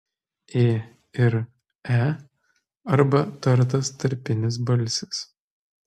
ė ir e arba tartas tarpinis balsis